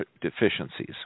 deficiencies